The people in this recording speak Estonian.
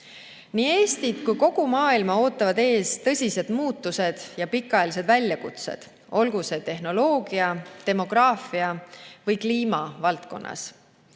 Nii Eestit kui ka kogu maailma ootavad ees tõsised muutused ja pikaajalised väljakutsed, olgu see tehnoloogia-, demograafia- või kliimavaldkonnas.